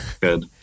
Good